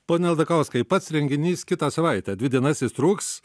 pone aldakauskai pats renginys kitą savaitę dvi dienas jis truks